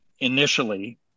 initially